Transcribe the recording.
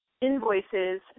invoices